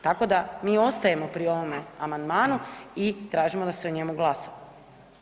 Tako da, mi ostajemo pri ovome amandmanu i tražimo da se o njemu glasa.